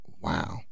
Wow